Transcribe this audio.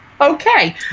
Okay